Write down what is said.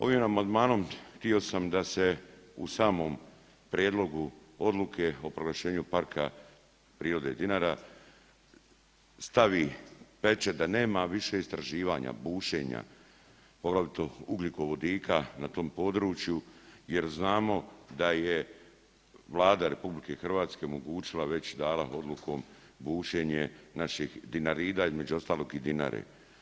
Ovim amandmanom htio sam da se u samom prijedlogu odluke o proglašenju PP „Dinara“ stavi pečat da nema više istraživanja, bušenja, poglavito ugljikovodika na tom području jer znamo da je Vlada RG omogućila, već dala odlukom bušenje naših Dinarida između ostalog i Dinare.